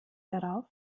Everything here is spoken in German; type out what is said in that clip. darauf